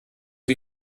die